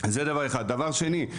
דבר שני,